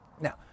Now